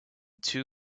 two